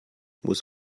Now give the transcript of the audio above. muss